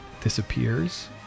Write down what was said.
disappears